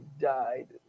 died